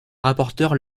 rapporteure